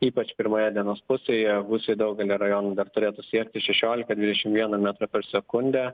ypač pirmoje dienos pusėje gūsiai daugelyje rajonų dar turėtų siekti šešioliką dvidešim vieną metrą per sekundę